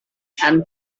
and